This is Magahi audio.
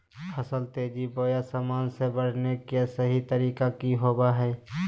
फसल तेजी बोया सामान्य से बढने के सहि तरीका कि होवय हैय?